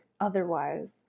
otherwise